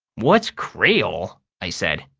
what's creole? i said.